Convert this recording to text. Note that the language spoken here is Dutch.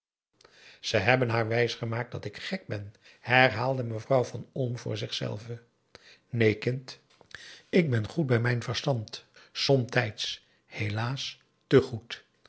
ze hebben haar wijsgemaakt dat ik gek ben herhaalde mevrouw van olm voor zich zelve neen kind ik ben goed bij mijn verstand somtijds helaas te goed